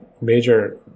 major